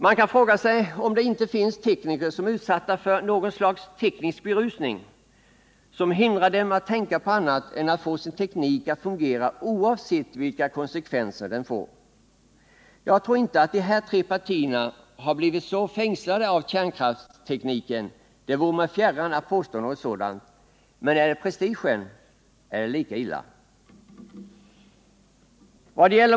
Man kan fråga sig om det inte finns tekniker som är utsatta för något slags teknisk berusning, som hindrar dem att tänka på annat än att få sin teknik att fungera oavsett vilka konsekvenser den får. Jag tror inte att de här tre partierna har blivit så fängslade av kärnkraftstekniken — det vore mig fjärran att påstå något sådant. Men är det prestige så är det lika illa.